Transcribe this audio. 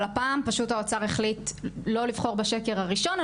אבל הפעם האוצר החליט לא לבחור בשקר הראשון,